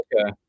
okay